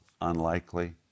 Unlikely